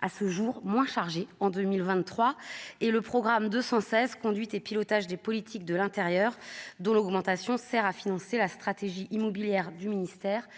à ce jour moins chargé en 2023 et le programme de 216 conduite et pilotage des politiques de l'intérieur de l'augmentation, sert à financer la stratégie immobilière du ministère